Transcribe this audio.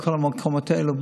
וכל המקומות האלה,